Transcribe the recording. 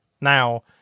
now